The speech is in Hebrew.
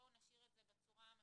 בואו נשאיר את זה בצורה הממוסדת.